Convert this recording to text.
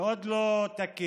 מאוד לא תקין.